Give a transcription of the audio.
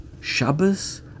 Shabbos